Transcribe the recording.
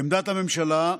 עמדת הממשלה: